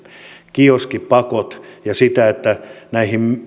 kioskipakot ja se että näihin